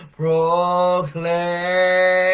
proclaim